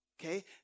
Okay